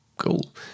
cool